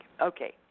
Okay